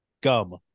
gum